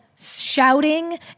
shouting